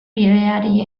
bideari